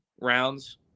rounds